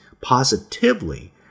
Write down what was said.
positively